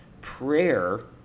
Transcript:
prayer